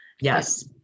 Yes